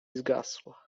zgasła